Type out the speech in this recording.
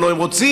הלוא הם רוצים,